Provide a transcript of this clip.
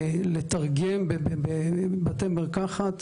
לתרגם בבתי מרקחת,